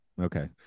okay